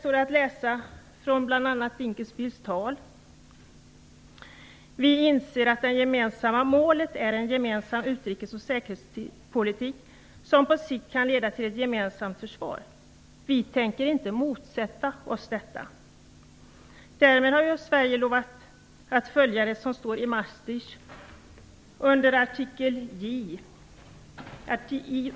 I bl.a. Dinkelspiels tal står att läsa: Vi inser att det gemensamma målet är en gemensam utrikes och säkerhetspolitik som på sikt kan leda till ett gemensamt försvar. Vi tänker inte motsätta oss detta. Men därmed har ju Sverige lovat att följa det som står i Maastrichtavtalet.